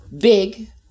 big